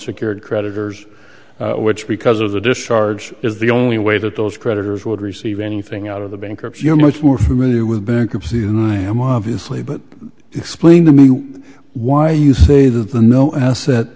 unsecured creditors which because of the discharge is the only way that those creditors would receive anything out of the bankruptcy you're much more familiar with bankruptcy who i am obviously but explain to me why you say that the no as